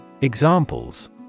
Examples